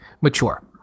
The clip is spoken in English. mature